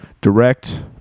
direct